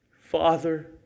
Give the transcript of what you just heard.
Father